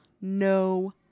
no